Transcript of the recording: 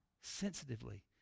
sensitively